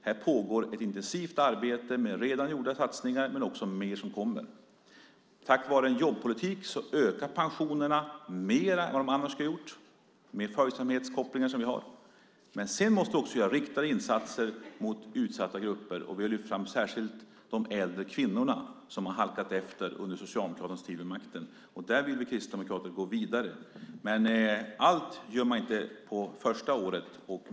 Här pågår ett intensivt arbete med redan gjorda satsningar men också med mer som kommer. Tack vare en jobbpolitik ökar pensionerna mer än vad de annars skulle ha gjort, med de följsamhetskopplingar som vi har. Men vi måste också göra riktade insatser mot utsatta grupper. Vi har särskilt lyft fram de äldre kvinnorna, som har halkat efter under Socialdemokraternas tid vid makten. Där vill vi kristdemokrater gå vidare. Men allt gör man inte på det första året.